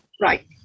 right